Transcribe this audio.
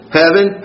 heaven